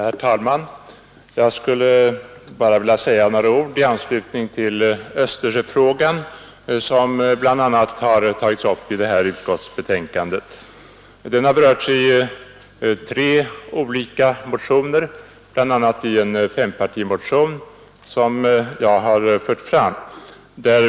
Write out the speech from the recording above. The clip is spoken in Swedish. Herr talman! Jag skall bara säga några ord i anslutning till Östersjöfrågan, som har tagits upp i detta utskottsbetänkande. Frågan har berörts i tre olika motioner, bl.a. i en fempartimotion som jag har fört fram.